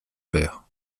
pair